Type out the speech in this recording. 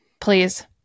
Please